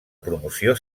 promoció